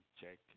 check